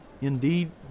Indeed